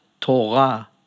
Torah